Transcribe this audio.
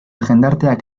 jendarteak